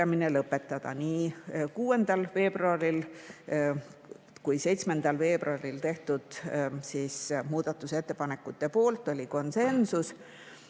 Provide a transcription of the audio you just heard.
lõpetada. Nii 6. veebruaril kui ka 7. veebruaril tehtud muudatusettepanekute poolt oldi konsensusega.